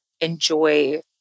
enjoy